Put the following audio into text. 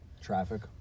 traffic